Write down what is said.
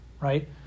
right